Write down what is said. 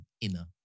inner